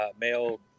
male